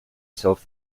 self